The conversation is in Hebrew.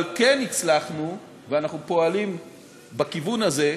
אבל כן הצלחנו, ואנחנו פועלים בכיוון הזה,